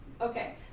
Okay